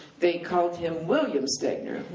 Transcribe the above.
they called him william stegner.